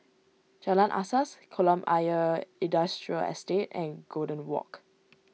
Jalan Asas Kolam Ayer Industrial Estate and Golden Walk